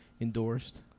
endorsed